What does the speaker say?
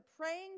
praying